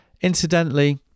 Incidentally